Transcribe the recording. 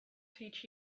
teach